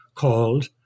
called